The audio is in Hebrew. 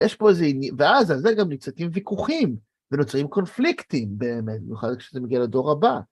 יש פה איזה... ואז על זה גם נוצרים ויכוחים ונוצרים קונפליקטים באמת, במיוחד כשזה מגיע לדור הבא.